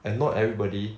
and not everybody